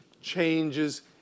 changes